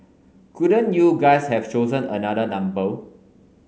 couldn't you guys have chosen another number